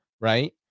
Right